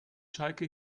schalke